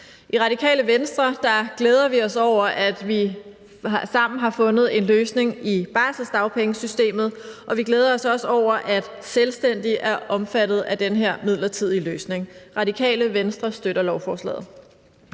I Radikale Venstre glæder vi os over, at vi sammen har fundet en løsning i barselsdagpengesystemet, og vi glæder os også over, at selvstændige er omfattet af den her midlertidige løsning. Radikale Venstre støtter lovforslaget.